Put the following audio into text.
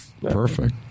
Perfect